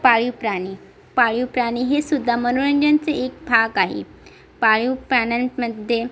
पाळीव प्राणी पाळीव प्राणी हे सुद्धा मनोरंजनाचे एक भाग आहेत पाळीव प्राण्यांमध्ये